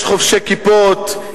יש חובשי כיפות,